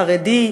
חרדי,